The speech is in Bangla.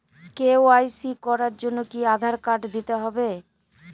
কে.ওয়াই.সি করার জন্য কি আধার কার্ড দিতেই হবে?